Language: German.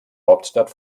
hauptstadt